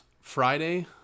Friday